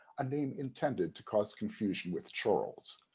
a name intended to cause confusion with charles.